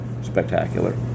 spectacular